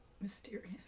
Mysterious